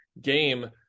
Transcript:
game